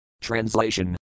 Translation